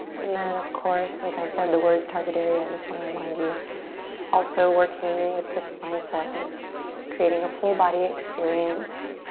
and then of course, since i said the words target area i just want to remind you also working with this mindset of creating a full body experience